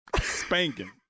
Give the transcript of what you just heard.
spanking